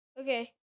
Okay